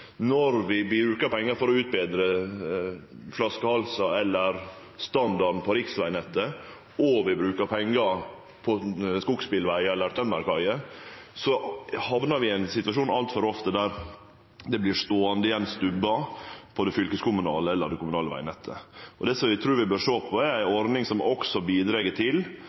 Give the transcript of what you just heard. Når vi brukar pengar på å utbetre flaskehalsar eller standarden på riksvegnettet, og vi brukar pengar på skogsbilvegar eller tømmerkaier, så hamnar vi altfor ofte i ein situasjon der det vert ståande igjen stubbar på det fylkeskommunale eller det kommunale vegnettet. Det eg trur vi bør sjå på, er ei ordning som bidreg til at når ein først utløyser investeringar frå statens hand, så bidreg det til